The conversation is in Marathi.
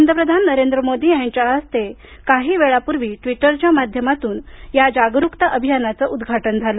पंतप्रधान नरेंद्र मोदी यांच्या हस्ते काही वेळापूर्वी ट्वीटरच्या माध्यमातून या जागरूकता अभियानाचं उद्घाटन झालं